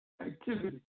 activity